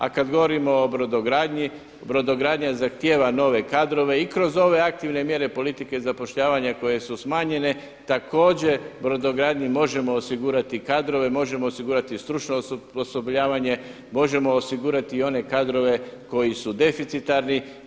A kada govorimo o brodogradnji, brodogradnja zahtjeva nove kadrove i kroz ove aktivne mjere politike zapošljavanja koje su smanjenje također brodogradnji možemo osigurati kadrove, možemo osigurati stručno osposobljavanje, možemo osigurati i one kadrove koji su deficitarni.